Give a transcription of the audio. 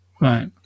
Right